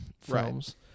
films